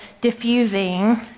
diffusing